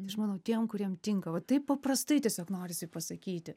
na aš manau tiem kuriem tinka va taip paprastai tiesiog norisi pasakyti